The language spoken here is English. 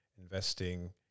Investing